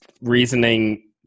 reasoning